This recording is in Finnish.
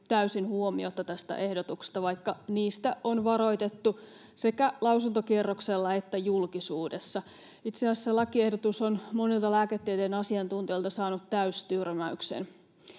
täysin huomiotta tästä ehdotuksesta, vaikka niistä on varoitettu sekä lausuntokierroksella että julkisuudessa. Itse asiassa lakiehdotus on monilta lääketieteen asiantuntijoilta saanut täystyrmäyksen.